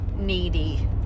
needy